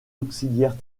auxiliaires